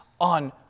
on